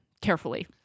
carefully